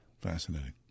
Fascinating